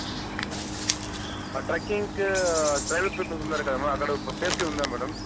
ఆ ట్రెక్కింగ్కు tribal people ఉన్నారు కదా మేడం అక్కడ సేఫ్టీ ఉందా మేడం